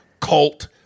cult